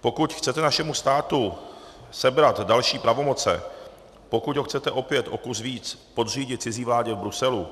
Pokud chcete našemu státu sebrat další pravomoci, pokud ho chcete opět o kus víc podřídit cizí vládě v Bruselu,